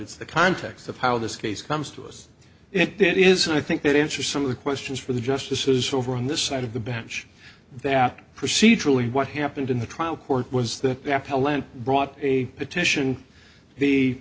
it's the context of how this case comes to us it did is i think that answer some of the questions for the justices over on this side of the bench that procedurally what happened in the trial court was that that hlne brought a petition the